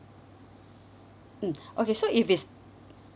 mm okay so if it's